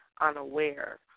unaware